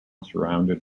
surrounded